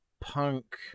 punk